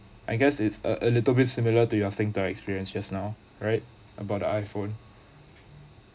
I guess it's a a little bit similar to your singtel experience just now right about the iphone